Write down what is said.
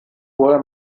vorher